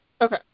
Okay